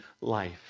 life